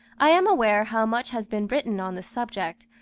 i am aware how much has been written on this subject,